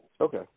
Okay